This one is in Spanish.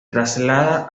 traslada